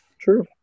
True